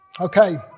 Okay